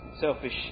selfish